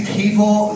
people